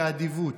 באדיבות,